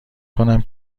کنم